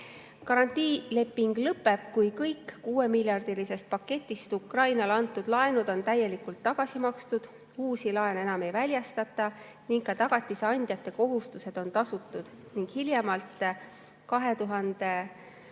summat. Garantiileping lõpeb, kui kõik 6‑miljardilisest paketist Ukrainale antud laenud on täielikult tagasi makstud, uusi laene enam ei väljastata ning ka tagatise andjate kohustused on tasutud, ning hiljemalt 2058.